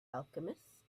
alchemist